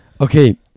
Okay